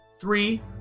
three